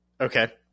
Okay